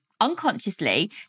unconsciously